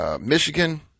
Michigan